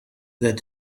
that